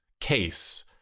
case